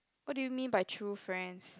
what do you mean by true friends